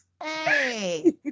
hey